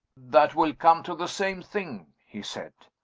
that will come to the same thing, he said.